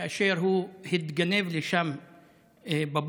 כאשר הוא התגנב לשם בבוקר.